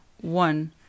one